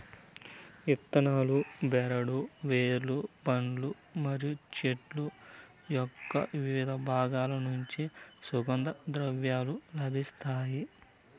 ఇత్తనాలు, బెరడు, వేర్లు, పండ్లు మరియు చెట్టు యొక్కవివిధ బాగాల నుంచి సుగంధ ద్రవ్యాలు లభిస్తాయి